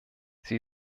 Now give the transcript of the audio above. sie